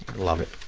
love it.